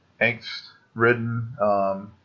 angst-ridden